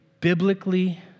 biblically